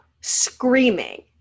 screaming